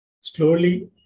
slowly